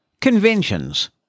Conventions